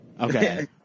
Okay